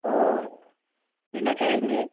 और लेना चाहेंगी